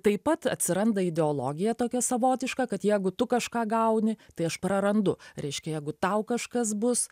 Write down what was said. taip pat atsiranda ideologija tokia savotiška kad jeigu tu kažką gauni tai aš prarandu reiškia jeigu tau kažkas bus